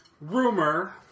rumor